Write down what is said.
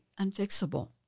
unfixable